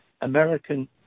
American